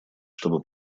чтобы